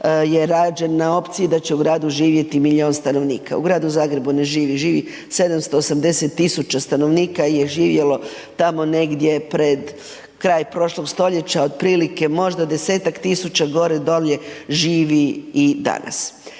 je rađen na opciji da će u gradu živjeti milijun stanovnika. U Gradu Zagrebu ne živi. Živi 780 tisuća stanovnika je živjelo tamo negdje pred kraj prošloga stoljeća, otprilike možda 10-tak tisuća gore, dolje živi i danas.